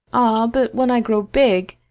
ah, but when i grow big,